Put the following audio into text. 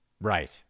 Right